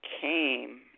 came